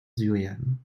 syrien